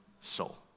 soul